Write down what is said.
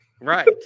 Right